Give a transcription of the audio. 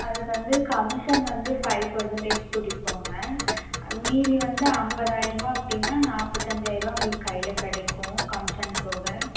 அதுக்கு வந்து கமிஷன் வந்து ஃபைவ் பர்சன்டேஜ் பிடிப்போங்க மீதி வந்து ஐம்பதாயிருவா அப்படின்னா நாற்பத்தஞ்சாயிருவா உங்களுக்கு கையில கிடைக்கும் கமிஷன் போக